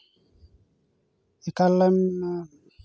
ᱮᱠᱟᱞᱮᱢ